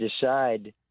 decide